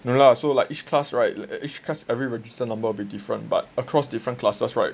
no lah so like each class right each class every register number will be different but across different classes right